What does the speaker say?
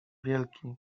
wielki